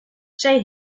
zij